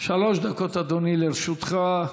שלוש דקות, אדוני, לרשותך.